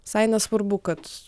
visai nesvarbu kad